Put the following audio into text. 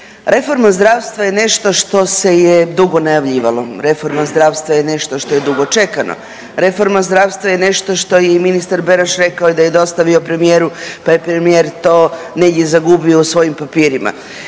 Reforma zdravstva je nešto što se je dugo najavljivalo, reforma zdravstva je nešto što je dugo čekano, reforma zdravstva je nešto što je i ministar Beroš rekao je da je dostavio premijeru, pa je premijer to negdje zagubio u svojim papirima